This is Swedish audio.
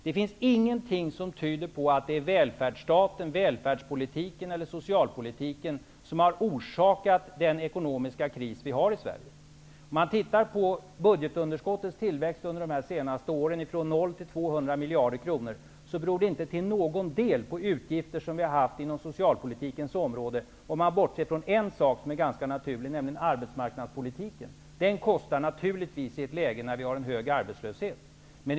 Det finns ingenting som tyder på att det är välfärdsstaten, välfärdspolitiken eller socialpo litiken som har orsakat den ekonomiska kris som vi har i Sverige. Om man studerar budgetunderskottens tillväxt under de senaste åren -- från 0 till 200 miljarder kronor -- finner man att det inte till någon del be ror på utgifter inom socialpolitikens område. Man måste emellertid bortse från en, ganska naturlig, sak, nämligen arbetsmarknadspolitiken, som na turligtsvis kostar en del i ett läge med hög arbets löshet.